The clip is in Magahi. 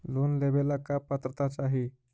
लोन लेवेला का पात्रता चाही?